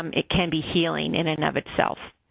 um it can be healing in and of itself.